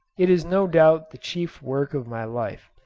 it is no doubt the chief work of my life.